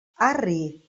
arri